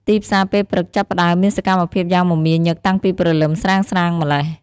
ទីផ្សារពេលព្រឹកចាប់ផ្ដើមមានសកម្មភាពយ៉ាងមមាញឹកតាំងពីព្រលឹមស្រាងៗម៉្លេះ។